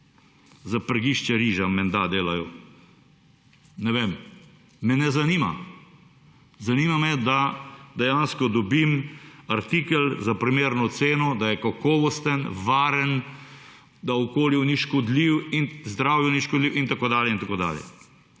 za prgišče riža menda delajo. Ne vem, me ne zanima. Zanima me, da dejansko dobim artikel za primerno ceno, da je kakovosten, varen, da okolju ni škodljiv in zdravju ni škodljiv in tako dalje in tako dalje.